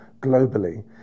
globally